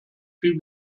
viel